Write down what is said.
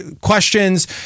questions